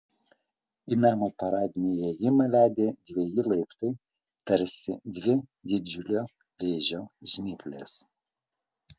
į namo paradinį įėjimą vedė dveji laiptai tarsi dvi didžiulio vėžio žnyplės